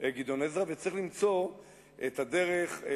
גדעון עזרא, וצריך למצוא את הדרך.